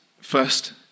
first